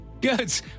Good